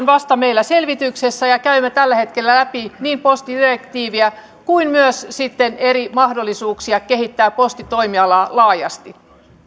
vasta selvityksessä ja käymme tällä hetkellä läpi niin postidirektiiviä kuin myös sitten eri mahdollisuuksia kehittää postitoimialaa laajasti